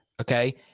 Okay